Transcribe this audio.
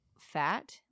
Fat